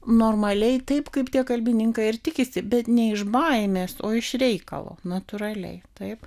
normaliai taip kaip tie kalbininkai ir tikisi bet ne iš baimės o iš reikalo natūraliai taip